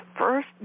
first